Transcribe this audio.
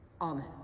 Amen